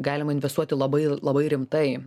galima investuoti labai labai rimtai